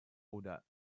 oder